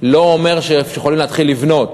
לא אומר שיכולים להתחיל לבנות.